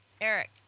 Eric